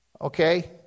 okay